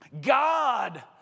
God